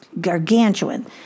gargantuan